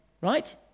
right